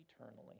eternally